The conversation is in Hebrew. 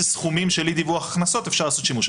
סכומים של אי-דיווח הכנסות אפשר לעשות שימוש.